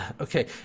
Okay